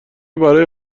برای